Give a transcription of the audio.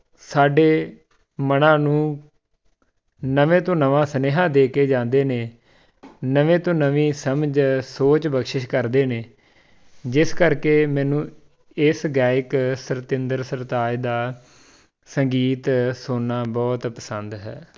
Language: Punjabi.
ਸਾਡੇ ਮਨਾਂ ਨੂੰ ਨਵੇਂ ਤੋਂ ਨਵਾਂ ਸੁਨੇਹਾ ਦੇ ਕੇ ਜਾਂਦੇ ਨੇ ਨਵੇਂ ਤੋਂ ਨਵੀਂ ਸਮਝ ਸੋਚ ਬਖਸ਼ਿਸ਼ ਕਰਦੇ ਨੇ ਜਿਸ ਕਰਕੇ ਮੈਨੂੰ ਇਸ ਗਾਇਕ ਸਤਿੰਦਰ ਸਰਤਾਜ ਦਾ ਸੰਗੀਤ ਸੁਣਨਾ ਬਹੁਤ ਪਸੰਦ ਹੈ